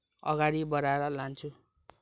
अगाडि बढाएर लान्छु